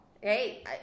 Hey